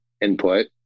input